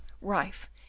rife